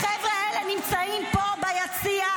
החבר'ה האלה נמצאים פה ביציע,